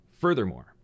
Furthermore